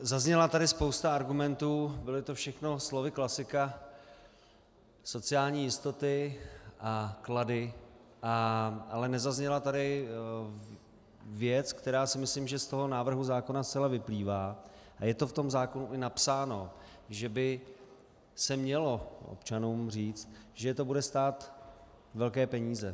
Zazněla tady spousta argumentů, byly to všechno slovy klasika sociální jistoty a klady, ale nezazněla tady věc, která si myslím, že z toho návrhu zákona zcela vyplývá, a je to v tom zákonu i napsáno, že by se mělo občanům říct, že je to bude stát velké peníze.